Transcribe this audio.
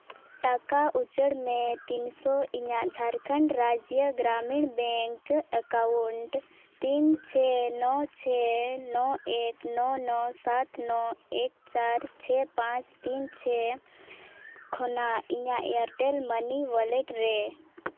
ᱴᱟᱠᱟ ᱩᱪᱟᱹᱲ ᱢᱮ ᱛᱤᱱᱥᱚ ᱤᱧᱟᱹᱜ ᱡᱷᱟᱲᱠᱷᱚᱸᱰ ᱨᱟᱡᱡᱚ ᱜᱨᱟᱢᱤᱱ ᱵᱮᱝᱠ ᱮᱠᱟᱣᱩᱱᱴ ᱛᱤᱱ ᱪᱷᱚ ᱱᱚ ᱪᱷᱚ ᱱᱚ ᱮᱠ ᱱᱚ ᱱᱚ ᱥᱟᱛ ᱱᱚ ᱮᱠ ᱪᱟᱨ ᱪᱷᱮ ᱯᱟᱸᱪ ᱛᱤᱱ ᱪᱷᱮ ᱠᱷᱚᱱᱟᱜ ᱤᱧᱟᱹᱜ ᱮᱭᱟᱨᱴᱮᱞ ᱢᱟᱹᱱᱤ ᱚᱣᱟᱞᱮᱴ ᱨᱮ